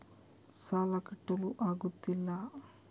ಸಾಲ ಕಟ್ಟಲು ಆಗುತ್ತಿಲ್ಲ